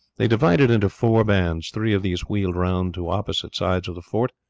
they divided into four bands three of these wheeled round to opposite sides of the fort,